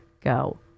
Go